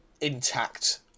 intact